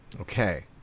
Okay